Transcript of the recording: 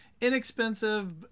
inexpensive